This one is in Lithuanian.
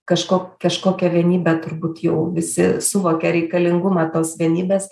kažko kažkokią vienybę turbūt jau visi suvokia reikalingumą tos vienybės